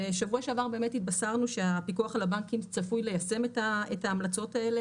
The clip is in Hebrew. בשבוע שעבר התבשרנו שהפיקוח על הבנקים צפוי ליישם את ההמלצות האלה